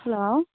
hello